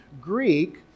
Greek